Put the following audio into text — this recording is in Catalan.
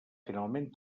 finalment